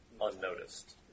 unnoticed